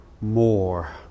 more